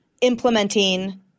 implementing